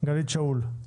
גלית שאול,